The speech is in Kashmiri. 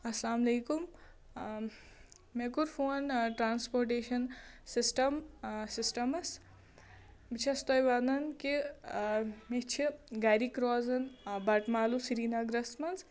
اَسلامُ علیکُم مےٚ کوٚر فون ٹرٛانَسپوٹیشَن سِسٹَم آ سِسٹَمَس بہٕ چھَس تۄہہِ وَنان کہِ مےٚ چھِ گَرٕکۍ روزان بَٹہٕ مالوٗ سریٖنگرَس منٛز